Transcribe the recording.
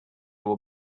will